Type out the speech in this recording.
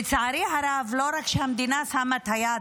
לצערי הרב, לא רק שהמדינה שמה את היד